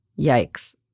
Yikes